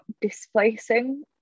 displacing